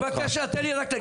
בבקשה תן לי רק להגיד.